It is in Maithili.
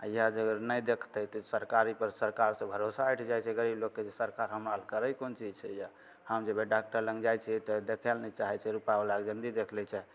आ इएह जे अगर नहि देखतै तऽ सरकारी पर सरकार सऽ भरोसा हटि जाइ छै गरीब लोकके जे सरकार हमरा लग करै कोन चीज छै जे हम जेबै डाक्टर लग जाइ छियै तऽ देखे लए नहि चाहै छै रूपा बलाके जल्दी देख लै छै